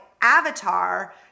avatar